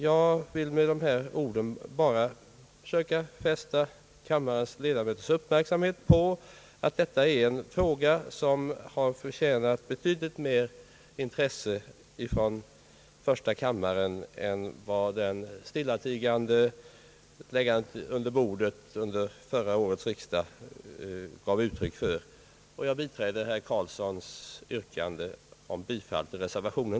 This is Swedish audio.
Jag vill med dessa ord bara söka fästa kammarens uppmärksamhet på att detta är en fråga som förtjänat betydligt mer intresse från första kammarens sida än som skett då ärendet behandlades vid förra årets riksdag. Jag biträder herr Karlssons yrkande om bifall till reservationen.